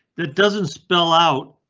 that doesn't spell out.